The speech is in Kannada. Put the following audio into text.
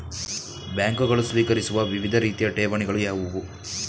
ಬ್ಯಾಂಕುಗಳು ಸ್ವೀಕರಿಸುವ ವಿವಿಧ ರೀತಿಯ ಠೇವಣಿಗಳು ಯಾವುವು?